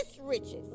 riches